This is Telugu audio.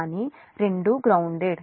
కానీ రెండూ గ్రౌన్దేడ్